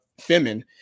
Femin